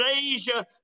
Asia